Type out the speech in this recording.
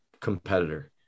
competitor